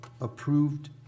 approved